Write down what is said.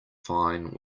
fine